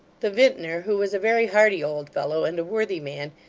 the vintner, who was a very hearty old fellow and a worthy man,